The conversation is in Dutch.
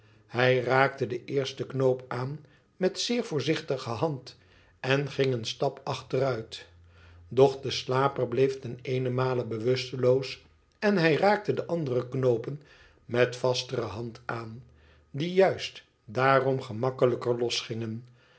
hij raakte den eersten knoop aan met zeer voorzichtige hand en gmg een stap achteruit doch de slaper bleef ten eenenmale bewusteloos eo hij raakte de andere knoopen met vastere hand aan die juist daarom gemakkelijker